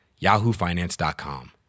yahoofinance.com